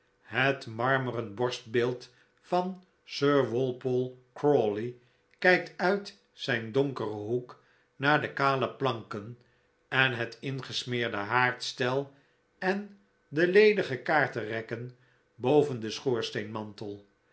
het marmeren borstbeeld van sir walpole crawley kijkt uit zijn donkeren hoek naar de kale planken en het ingesmeerde haardstel en de ledige kaarten rekken boven den